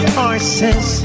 horses